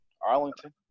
Arlington